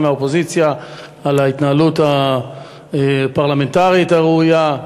מהאופוזיציה על ההתנהלות הפרלמנטרית הראויה,